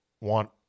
want –